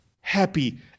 happy